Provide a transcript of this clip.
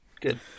Good